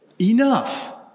enough